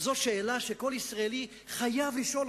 זו שאלה שכל ישראלי חייב לשאול.